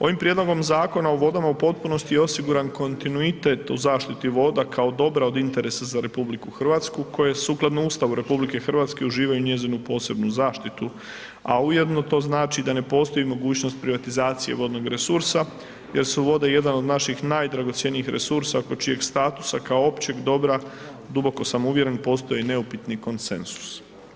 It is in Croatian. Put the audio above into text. Ovim Prijedlogom Zakona o vodama u potpunosti je osiguran kontinuitet u zaštiti voda kao dobra od interesa za RH koje sukladno Ustavu RH uživaju njezinu posebnu zaštitu, a ujedno to znači da ne postoji mogućnost privatizacije vodnog resursa jer su vode jedan od naših najdragocjenijih resursa oko čijeg statusa kao općeg dobra, duboko sam uvjeren postoje neupitni konsenzus.